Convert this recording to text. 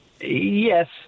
Yes